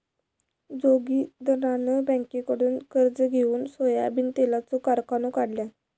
जोगिंदरान बँककडुन कर्ज घेउन सोयाबीन तेलाचो कारखानो काढल्यान